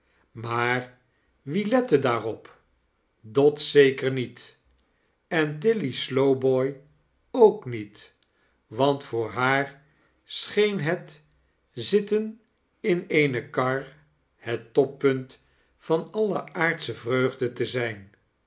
maar wie lette daatrop dot zeker niet en tilly slowboy ook niet want voor haar scheen het zitten in eene kar het toppunt van alle aardsche vreugde te zijn